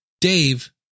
Dave